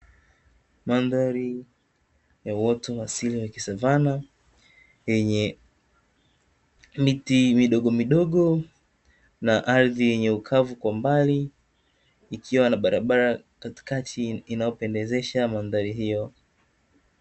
Mandhari ya uoto wa asili wa kisavana yenye miti midogomidogo, na ardhi yenye ukavu kwa mbali, ikiwa na barabara katikati inayopendezesha mandhari hiyo.